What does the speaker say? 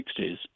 1960s